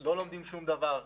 לא לומדים שום דבר.